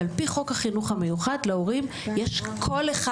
ועל פי חוק החינוך המיוחד להורים יש קול אחד